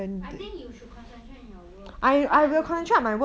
I think you should concentrate in your work so that